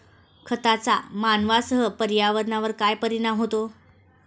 खतांचा मानवांसह पर्यावरणावर काय परिणाम होतो?